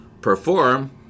perform